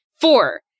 Four